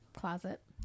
closet